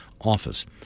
office